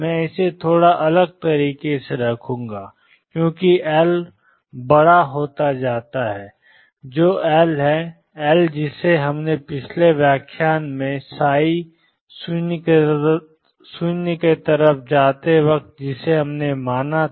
मैं इसे थोड़ा अलग तरीके से रखूंगा क्योंकि एल बड़ा हो जाता है जो एल है एल जिसे हमने पिछले व्याख्यान ψ→0 में माना था